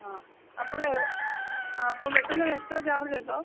ആ അപ്പോൾ ആ അപ്പം വെട്ടുന്നതിന് എക്സ്ട്രാ ചാർജുണ്ടോ